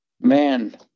Man